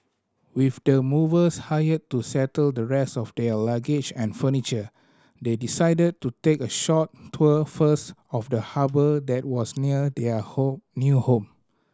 with the movers hired to settle the rest of their luggage and furniture they decided to take a short tour first of the harbour that was near their home new home